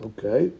Okay